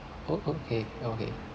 oh okay okay